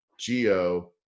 Geo